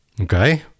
Okay